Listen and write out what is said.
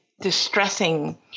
distressing